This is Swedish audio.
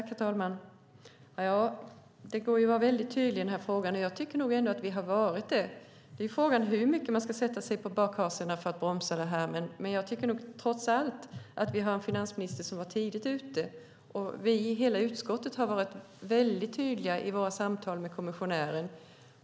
Herr talman! Det går att vara väldigt tydlig i den här frågan, och jag tycker att vi har varit det. Frågan är hur mycket man ska sätta sig på bakhasorna för att bromsa. Jag tycker att finansministern var tidigt ute, och vi har i hela utskottet varit väldigt tydliga i våra samtal med kommissionären.